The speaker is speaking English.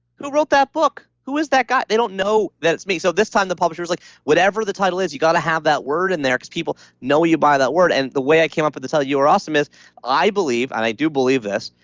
who wrote that book? who is that guy? they don't know that it's me. so this time the publisher was like, whatever the title is you got to have that word in there because people know you by that word. and the way i came up with the tittle you are awesome is i believe, and i do believe this,